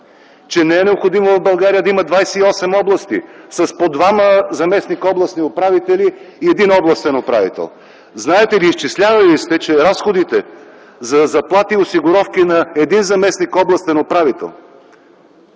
че не е необходимо в България да има 28 области с по двама заместник областни управители и един областен управител. Знаете ли, изчислявали ли сте, че разходите за заплати и осигуровки на един заместник областен управител